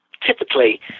Typically